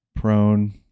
prone